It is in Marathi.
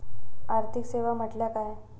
आर्थिक सेवा म्हटल्या काय?